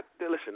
listen